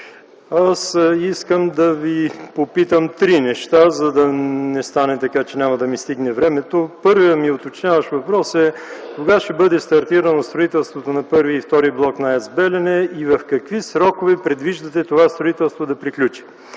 Аз искам да Ви попитам три неща, за да не стане така, че няма да ми стигне времето. Първият ми уточняващ въпрос е: кога ще бъде стартирано строителството на І и ІІ блок на АЕЦ „Белене” и в какви срокове предвиждате това строителство да приключи?